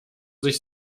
sich